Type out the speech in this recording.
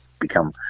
become